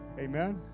Amen